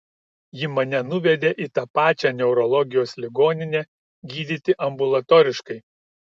ji mane nuvedė į tą pačią neurologijos ligoninę gydyti ambulatoriškai